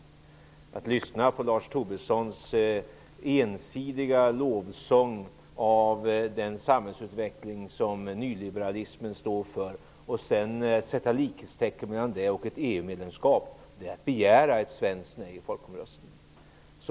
Att sätta likhetstecken mellan Lars Tobissons ensidiga lovsång av den samhällsutveckling som nyliberalismen står för och ett EU-medlemskap är att begära ett svenskt nej i folkomröstningen.